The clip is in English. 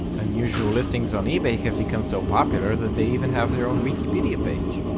unusual listings on ebay have become so popular that they even have their own wikipedia page.